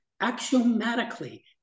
axiomatically